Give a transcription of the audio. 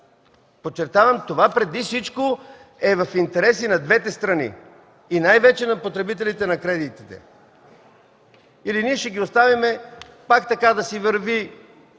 Подчертавам, това преди всичко е в интерес и на двете страни, но най-вече на потребителите на кредитите. Или ще оставим пак така да вървят